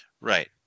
Right